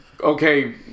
okay